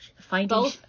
finding